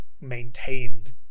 maintained